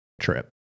trip